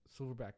silverback